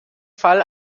fall